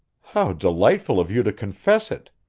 how delightful of you to confess it!